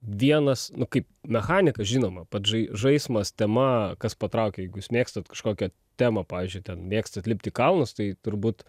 vienas nu kaip mechanikas žinoma pats žai žaismas tema kas patraukia jeigu jūs mėgstat kažkokią temą pavyzdžiui ten mėgstat lipt į kalnus tai turbūt